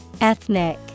Ethnic